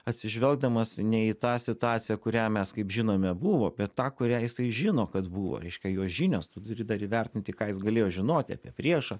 atsižvelgdamas ne į tą situaciją kurią mes kaip žinome buvo apie tą kurią jisai žino kad buvo reiškia jo žinios tu turi dar įvertinti ką jis galėjo žinoti apie priešą